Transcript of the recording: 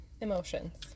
emotions